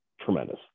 tremendous